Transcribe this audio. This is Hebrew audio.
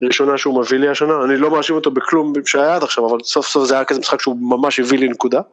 ראשונה שהוא מביא לי השנה, אני לא מאשים אותו בכלום שהיה עד עכשיו אבל סוף סוף זה היה כזה משחק שהוא ממש הביא לי נקודה